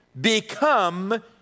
become